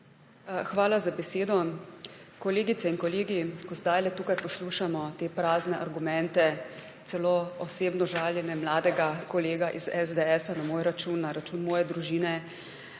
Hvala za besedo. Kolegice in kolegi! Ko zdajle tukaj poslušamo te prazne argumente, celo osebno žaljenje mladega kolega iz SDS na moj račun, na račun moje družine,